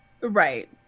right